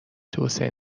توسعه